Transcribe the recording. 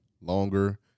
longer